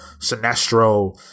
Sinestro